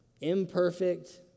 imperfect